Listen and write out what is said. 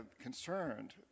concerned